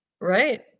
Right